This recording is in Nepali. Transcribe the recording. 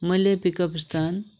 मैले पिक अप स्थान